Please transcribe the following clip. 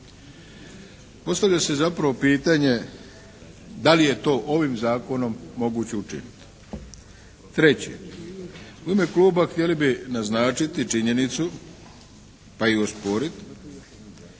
Postavlja se zapravo pitanje da li je to ovim zakonom moguće učiniti? Treće, u ime Kluba htjeli bi naznačiti činjenicu pa i osporiti